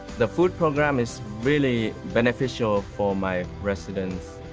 the food program is really beneficial for my residents.